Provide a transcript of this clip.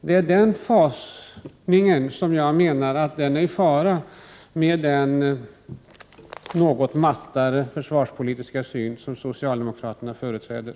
Det är denna fasning som jag menar är i fara med den något mattare försvarspolitiska syn som socialdemokraterna företräder.